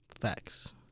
facts